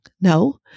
No